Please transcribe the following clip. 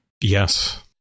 Yes